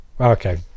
Okay